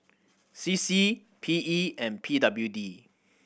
C C P E and P W D